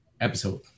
episode